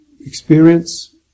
experience